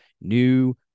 new